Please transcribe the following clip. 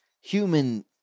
human